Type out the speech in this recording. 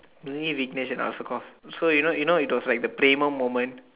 me Rignish and Alsagoff so you know you know it was like the premiere moment